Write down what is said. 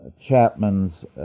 Chapman's